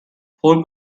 four